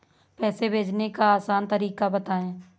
पैसे भेजने का आसान तरीका बताए?